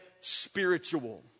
spiritual